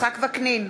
יצחק וקנין,